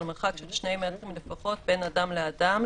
על מרחק של 2 מטרים לפחות בין אדם לאדם,